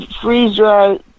freeze-dry